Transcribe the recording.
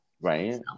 Right